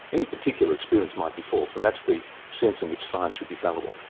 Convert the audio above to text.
any particular experience might be false, and that's the sense in which science should be fallible.